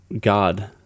God